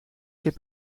keer